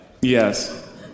Yes